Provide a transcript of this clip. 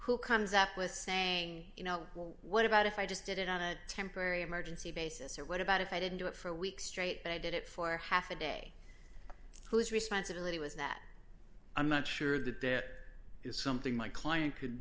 who comes up with saying you know well what about if i just did it on a temporary emergency basis or what about if i didn't do it for weeks straight but i did it for half a day whose responsibility was that i'm not sure that there is something my client could